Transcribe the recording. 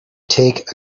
take